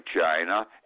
China